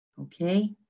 okay